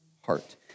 heart